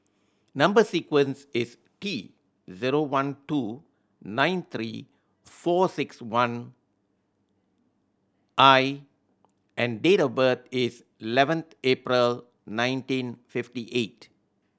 number sequence is T zero one two nine three four six one I and date of birth is eleventh April nineteen fifty eight